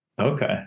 Okay